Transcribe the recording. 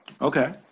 Okay